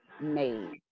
made